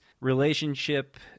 relationship